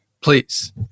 please